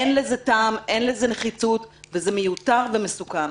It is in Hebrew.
אין לזה טעם, אין לזה נחיצות וזה מיותר ומסוכן.